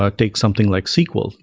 ah take something like sql.